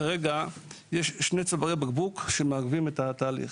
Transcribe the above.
כרגע יש שני צווארי בקבוק שמעכבים את התהליך.